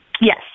Yes